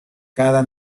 cada